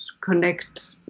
connect